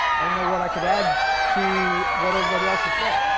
i don't know what i could add to what everybody else has said.